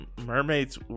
mermaids